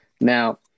Now